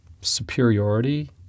superiority